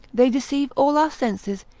they deceive all our senses,